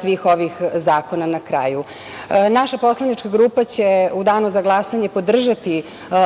svih ovih zakona na kraju. Naša poslanička grupa će u danu za glasanje podržati